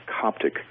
Coptic